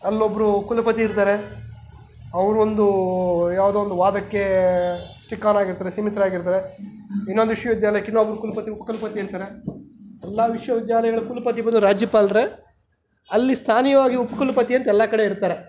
ಅಲ್ಲೊಬ್ಬರು ಕುಲಪತಿ ಇರ್ತಾರೆ ಅವ್ರು ಒಂದು ಯಾವುದೋ ಒಂದು ವಾದಕ್ಕೆ ಸ್ಟಿಕ್ ಆನ್ ಆಗಿರ್ತಾರೆ ಸೀಮಿತರಾಗಿರ್ತಾರೆ ಇನ್ನೊಂದು ವಿಶ್ವವಿದ್ಯಾಲಯಕ್ಕೆ ಇನ್ನೊಬ್ರು ಕುಲಪತಿ ಉಪ ಕುಲಪತಿ ಇರ್ತಾರೆ ಎಲ್ಲ ವಿಶ್ವವಿದ್ಯಾಲಯಗಳ ಕುಲಪತಿ ಬಂದು ರಾಜ್ಯಪಾಲರೇ ಅಲ್ಲಿ ಸ್ಥಾನೀಯವಾಗಿ ಉಪಕುಲ್ಪತಿ ಅಂತ ಎಲ್ಲ ಕಡೆ ಇರ್ತಾರೆ